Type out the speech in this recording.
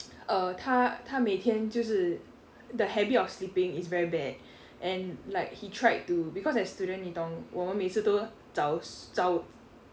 err 他他每天就是 the habit of sleeping is very bad and like he tried to because as student 你懂我们每次都早 s~ 早